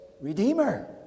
redeemer